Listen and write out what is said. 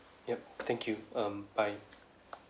yup thank you um bye